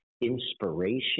inspiration